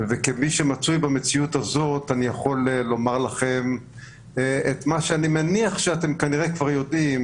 אני יכול לומר את מה שאני מניח שאתם כבר יודעים,